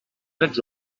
drets